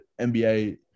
NBA